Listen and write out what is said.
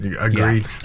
agreed